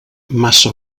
massa